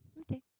Okay